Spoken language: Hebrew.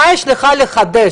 מה יש לך לחדש?